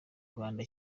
rwanda